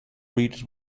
readers